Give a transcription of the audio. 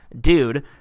dude